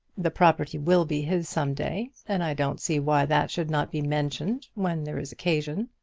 the property will be his some day, and i don't see why that should not be mentioned, when there is occasion.